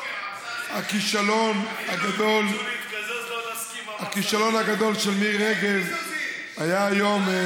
הכישלון הגדול של מירי רגב היה היום,